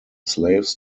slaves